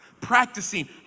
practicing